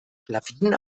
lawinen